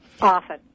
often